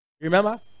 Remember